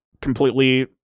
completely